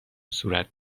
صورت